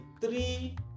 three